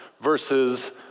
versus